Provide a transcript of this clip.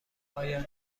آیا